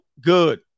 good